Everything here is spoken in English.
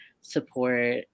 support